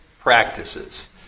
practices